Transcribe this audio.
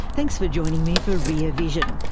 thanks for joining me for rear vision,